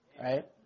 Right